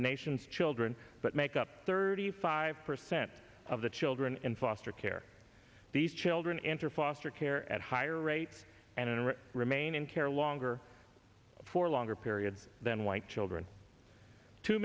the nation's children but make up thirty five percent of the children in foster care these children enter foster care at higher rates and intimate remain in care longer for longer periods than white children too